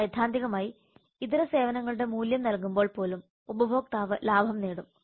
സൈദ്ധാന്തികമായി ഇതര സേവനങ്ങളുടെ മൂല്യം നൽകുമ്പോൾ പോലും ഉപഭോക്താവ് ലാഭം നേടും